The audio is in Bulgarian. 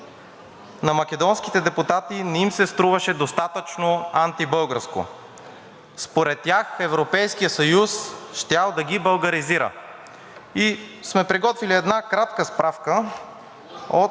на македонските депутати не им се струваше достатъчно антибългарско. Според тях Европейският съюз щял да ги българизира. Приготвили сме една кратка справка от